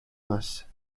masse